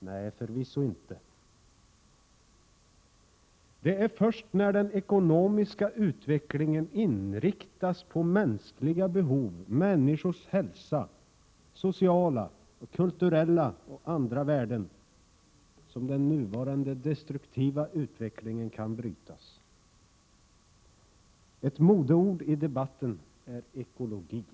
Nej, det är det förvisso inte. Det är först när den ekonomiska utvecklingen inriktas på mänskliga behov — människors hälsa, sociala, kulturella och andra värden — som den nuvarande destruktiva utvecklingen kan brytas. Ett modeord i debatten är ekologi.